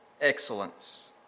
excellence